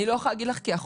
אני לא מדברת רק כאחות,